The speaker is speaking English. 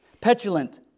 petulant